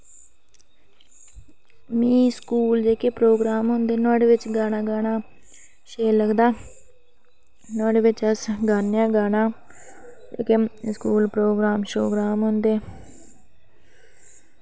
में स्कूल जेह्ड़े प्रोग्राम होंदे नुहाड़े बिच गाना गाना शैल लगदा नुहाड़े बिच गान्ने आं गाना जेह्के स्कूल प्रोग्राम होंदे